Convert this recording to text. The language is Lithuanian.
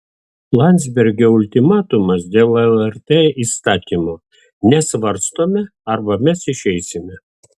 landsbergio ultimatumas dėl lrt įstatymo nesvarstome arba mes išeisime